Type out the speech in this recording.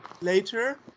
later